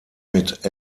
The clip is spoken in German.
mit